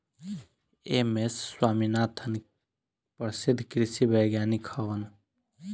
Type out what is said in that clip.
M S Swaminathan प्रसिद्ध कृषि वैज्ञानिक हवन